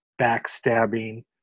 backstabbing